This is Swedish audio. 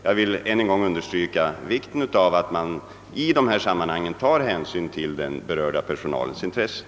Jag vill än en gång understryka vikten av att man i detta sammanhang tar hänsyn till den berörda personalens intressen.